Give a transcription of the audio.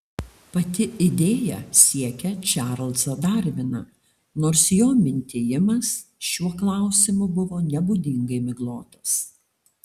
pati idėja siekia čarlzą darviną nors jo mintijimas šiuo klausimu buvo nebūdingai miglotas